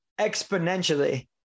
exponentially